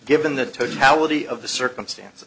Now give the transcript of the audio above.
given the totality of the circumstances